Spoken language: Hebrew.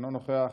אינו נוכח,